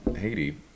Haiti